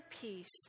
peace